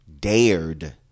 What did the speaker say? dared